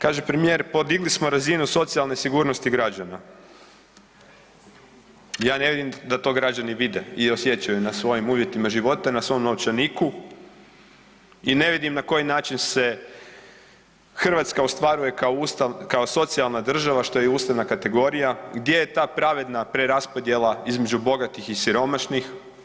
Kaže premijer: „Podigli smo razinu socijalne sigurnosti građana.“ Ja ne vidim da to građani vide i osjećaju na svojim uvjetima života, na svom novčaniku i ne vidim na koji način se Hrvatska ostvaruje kao socijalna država što je i ustavna kategorija, gdje je ta pravedna preraspodjela između bogatih i siromašnih.